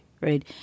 right